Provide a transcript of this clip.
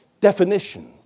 definition